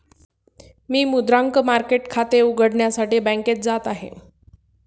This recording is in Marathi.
मी मुद्रांक मार्केट खाते उघडण्यासाठी बँकेत जात आहे